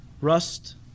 rust